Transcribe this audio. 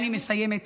אני מסיימת.